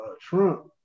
Trump